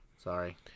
Sorry